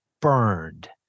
burned